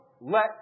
let